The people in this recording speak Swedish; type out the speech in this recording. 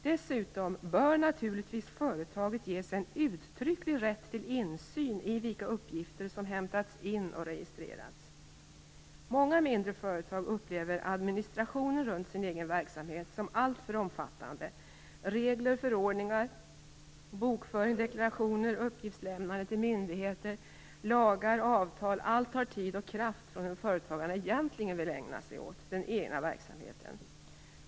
Dessutom bör företaget naturligtvis ges en uttrycklig rätt till insyn i vilka uppgifter som hämtats in och registrerats. Många mindre företag upplever adminstrationen runt sin egen verksamhet som alltför omfattande. Regler, förordningar, bokföring, deklarationer, uppgiftslämnande till myndigheter, lagar, avtal - allt tar tid och kraft från det företagaren egentligen vill ägna sig åt: den egna verksamheten.